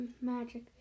magic